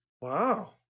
Wow